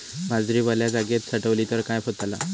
बाजरी वल्या जागेत साठवली तर काय होताला?